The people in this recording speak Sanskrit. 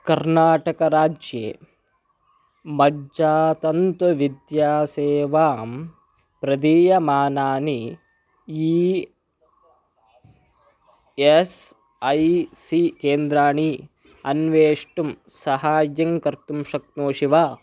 कर्नाटकराज्ये मज्जातन्तुविद्यासेवां प्रदीयमानानि ई एस् ऐ सी केन्द्राणि अन्वेष्टुं साहाय्यं कर्तुं शक्नोषि वा